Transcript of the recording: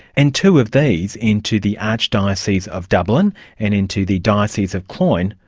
and two of these, into the archdioceses of dublin and into the dioceses of cloyne,